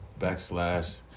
backslash